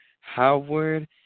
Howard